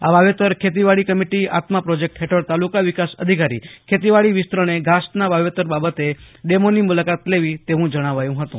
આ વાવેતર ખેતીવાડી કમિટી આત્મા પ્રોજેકટ હેઠળ તાલુકા વિકાસ અધિકારી ખેતીવાડી વિસ્તરણે ઘાસના વાવેતર બાબતે ડેમોની મુલાકાત લેવી તેવું જણાવાયું હતું